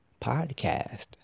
podcast